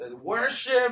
Worship